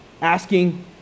asking